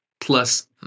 plus